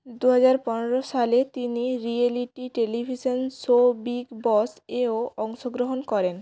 দু হাজার পনেরো সালে তিনি reality television show Bigg Boss এও অংশগ্রহণ করেন